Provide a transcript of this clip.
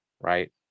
right